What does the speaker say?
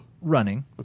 running